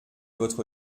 votre